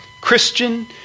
Christian